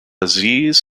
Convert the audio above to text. aziz